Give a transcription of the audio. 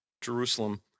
Jerusalem